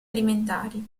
alimentari